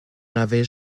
n’avais